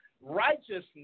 Righteousness